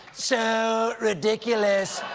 so ridiculous.